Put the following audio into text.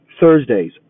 Thursdays